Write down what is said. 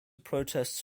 protests